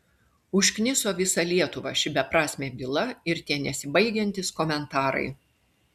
užkniso visą lietuvą ši beprasmė byla ir tie nesibaigiantys komentarai